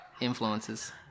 influences